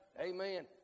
Amen